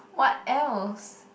what else